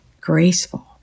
graceful